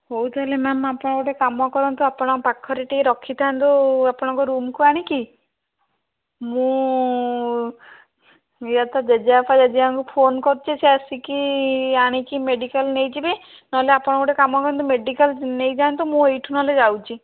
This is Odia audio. ହଉ ତାହେଲେ ମ୍ୟାମ୍ ଆପଣ ଗୋଟିଏ କାମ କରନ୍ତୁ ଆପଣଙ୍କ ପାଖରେ ଟିକେ ରଖିଥାନ୍ତୁ ଆପଣଙ୍କ ରୁମକୁ ଆଣିକି ମୁଁ ଇଏତ ଜେଜେବାପା ଜେଜେମାଙ୍କୁ ଫୋନ କରୁଛି ସେ ଆସିକି ଆଣିକି ମେଡ଼ିକାଲ ନେଇଯିବେ ନହେଲେ ଆପଣ ଗୋଟିଏ କାମ କରନ୍ତୁ ମେଡ଼ିକାଲ ନେଇଯାଆନ୍ତୁ ମୁଁ ଏହିଠୁ ନହେଲେ ଯାଉଛି